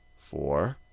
four,